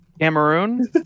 Cameroon